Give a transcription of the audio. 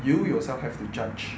you yourself have to judge